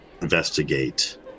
investigate